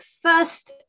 First